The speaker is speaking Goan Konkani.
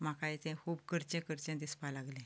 म्हाका तें खूब करचें करचें दिसपाक लागलें